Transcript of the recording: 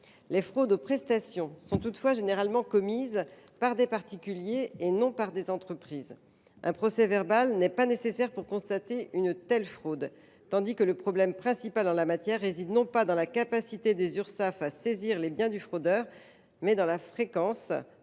Les fraudes aux prestations sont toutefois généralement commises non par des entreprises, mais par des particuliers. Un procès verbal n’est pas nécessaire pour constater une telle fraude, tandis que le problème principal en la matière réside non pas dans la capacité des Urssaf à saisir les biens du fraudeur, mais dans la fréquente